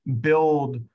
build